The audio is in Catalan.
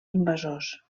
invasors